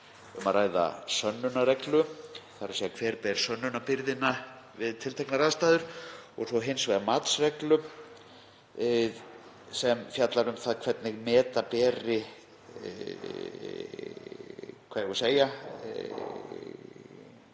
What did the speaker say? um að ræða sönnunarreglu, þ.e. hver ber sönnunarbyrðina við tilteknar aðstæður, og hins vegar matsreglur sem fjalla um það hvernig meta beri hvort sá sem